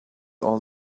all